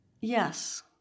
Yes